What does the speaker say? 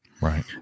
Right